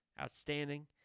Outstanding